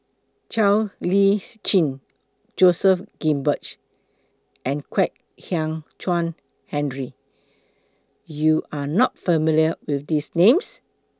Siow Lees Chin Joseph Grimberg and Kwek Hian Chuan Henry YOU Are not familiar with These Names